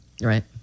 Right